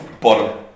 bottom